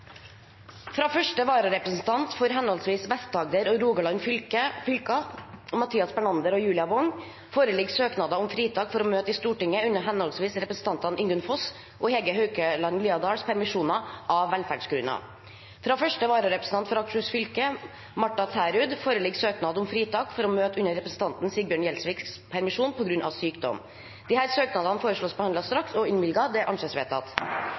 Fra første vararepresentant for henholdsvis Vest-Agder og Rogaland fylker, Mathias Bernander og Julia Wong , foreligger søknad om fritak for å møte i Stortinget under henholdsvis representantene Ingunn Foss’ og Hege Haukeland Liadals permisjoner, av velferdsgrunner. Fra første vararepresentant for Akershus fylke, Martha Tærud , foreligger søknad om fritak for å møte under representanten Sigbjørn Gjelsviks permisjon, på grunn av sykdom. Etter forslag fra presidenten ble enstemmig besluttet: Søknadene